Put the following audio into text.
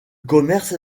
commerce